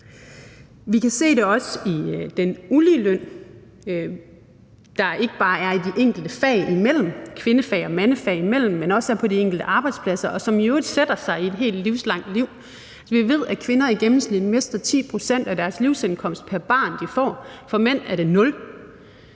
Vi kan se det også i den ulige løn, der ikke bare er i de enkelte fag, kvindefag og mandefag imellem, men også er på de enkelte arbejdspladser, og som i øvrigt sætter sig livslangt, i et helt liv, og vi ved, at kvinder i gennemsnit mister 10 pct. af deres livsindkomst pr. barn, de får. For mænd er det 0